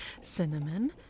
cinnamon